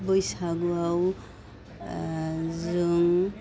बैसागुआव जों